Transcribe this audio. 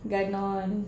Ganon